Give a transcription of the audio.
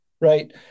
right